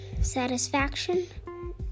Satisfaction